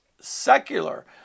secular